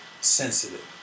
sensitive